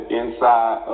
inside